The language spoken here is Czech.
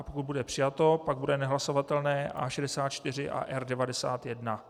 Pokud bude přijato, pak bude nehlasovatelné A64 a R91.